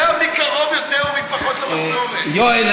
יואל,